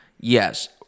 Yes